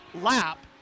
lap